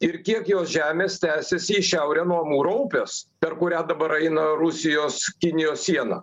ir kiek jos žemės tęsėsi į šiaurę nuo amūro upės per kurią dabar eina rusijos kinijos siena